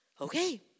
okay